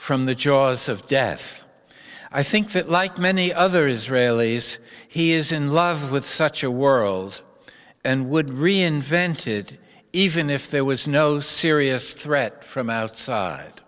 from the jaws of death i think that like many other israelis he is in love with such a world and would reinvented even if there was no serious threat from outside